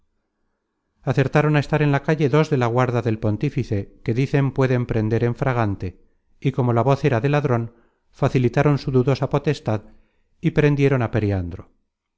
acertaron á estar en la calle dos de la guarda del pontífice que dicen pueden prender en fragante y como la voz era de ladron facilitaron su dudosa potestad y